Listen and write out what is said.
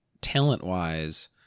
talent-wise